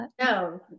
No